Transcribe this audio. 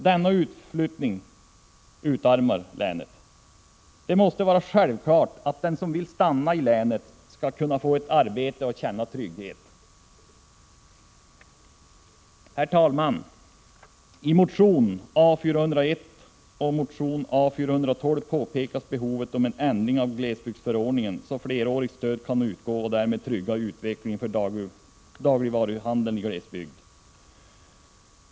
Denna utflyttning utarmar länet. Det måste vara självklart att den som vill stanna i länet skall kunna få ett arbete och känna trygghet. Herr talman! I motionerna A401 och A412 påpekas behovet av en ändring av glesbygdsförordningen, så att ett flerårigt stöd kan utgå och därmed trygga utvecklingen för dagligvaruhandeln i glesbygden.